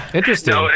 Interesting